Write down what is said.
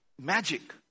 magic